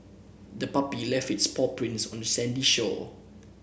the puppy left its paw prints on the sandy shore